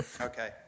Okay